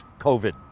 COVID